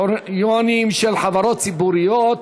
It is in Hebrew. בדירקטוריונים של חברות ציבוריות),